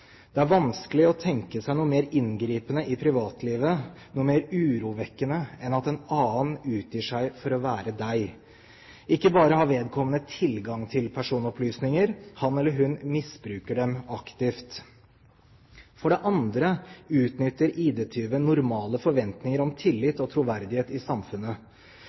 Det er vanskelig å tenke seg noe mer inngripende i privatlivet, noe mer urovekkende, enn at en annen utgir seg for å være deg. Ikke bare har vedkommende tilgang til personopplysninger, han eller hun misbruker dem aktivt. For det andre utnytter ID-tyven normale forventninger om tillit og troverdighet i samfunnet.